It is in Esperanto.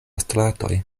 stratoj